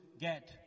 get